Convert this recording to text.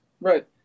Right